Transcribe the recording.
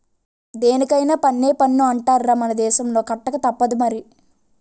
దేనికైన పన్నే పన్ను అంటార్రా మన దేశంలో కట్టకతప్పదు మరి